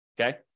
okay